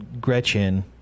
Gretchen